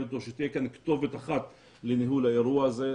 אותו שתהיה כאן כתובת אחת לניהול האירוע הזה.